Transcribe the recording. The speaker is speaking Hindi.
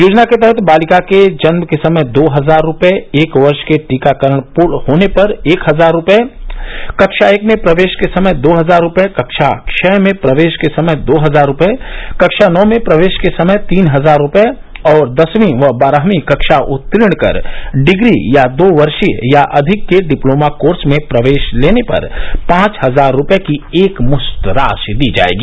योजना के तहत बालिका के जन्म के समय दो हजार रूपये एक वर्ष के टीकाकरण पूर्ण करने पर एक हजार रूपये कक्षा एक में प्रवेश के समय दो हजार रूपये कक्षा छह में प्रवेश के समय दो हजार रूपये कक्षा नौ में प्रवेश के समय तीन हजार रूपये और दसवीं व बारहवीं कक्षा उत्तीर्ण कर डिग्री या दो वर्षीय या अधिक के डिप्लोमा कोर्स में प्रवेश लेने पर पांच हजार रूपये की एकमुस्त राशि दी जाएगी